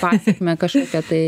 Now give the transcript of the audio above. pasekmę kažkokią tai